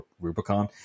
Rubicon